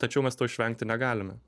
tačiau mes to išvengti negalime